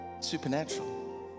supernatural